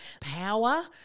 Power